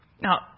Now